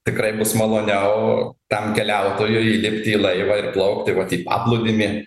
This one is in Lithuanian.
tikrai bus maloniau tam keliautojui įlipti į laivą ir plaukti vat į paplūdimį